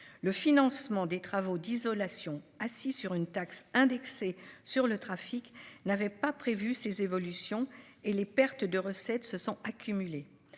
Le financement des travaux d'isolation, qui est assis sur une taxe indexée sur le trafic, n'avait pas prévu ces évolutions, et les pertes de recettes se sont accumulées.